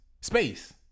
Space